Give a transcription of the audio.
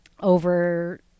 over